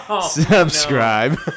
Subscribe